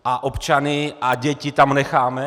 A občany a děti tam necháme?